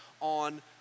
on